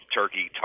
turkey